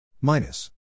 minus